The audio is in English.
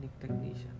technician